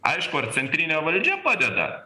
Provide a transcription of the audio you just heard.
aišku ar centrinė valdžia padeda